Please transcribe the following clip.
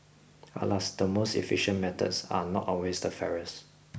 alas the most efficient methods are not always the fairest